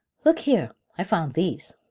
look here, i found these.